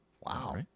Wow